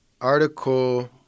Article